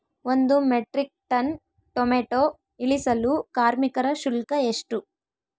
ಒಂದು metric tonne tomato ಇಳಿಸಲು ಕಾರ್ಮಿಕರ ಶುಲ್ಕ ಎಷ್ಟು?